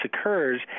occurs